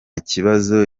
kibazo